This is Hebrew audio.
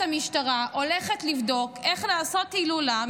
המשטרה הולכת לבדוק איך לעשות הילולה,